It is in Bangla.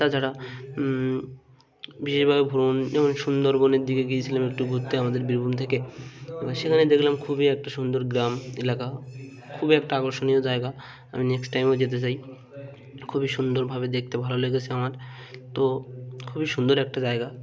তাছাড়া বেশিরভাগ ভ্রমণ যেমন সুন্দরবনের দিকে গিয়েছিলাম একটু ঘুরতে আমাদের বীরভূম থেকে এবার সেখানে দেখলাম খুবই একটা সুন্দর গ্রাম এলাকা খুবই একটা আকর্ষণীয় জায়গা আমি নেক্সট টাইমও যেতে চাই খুবই সুন্দরভাবে দেখতে ভালো লেগেছে আমার তো খুবই সুন্দর একটা জায়গা